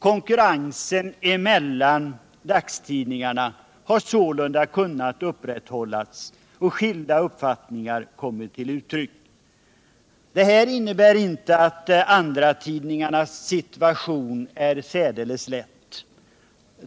Konkurrensen mellan dagstidningarna har sålunda kunnat upprätthållas och skilda uppfattningar har kommit till uttryck. Detta innebär emellertid inte att andratidningarnas situation är särdeles lätt.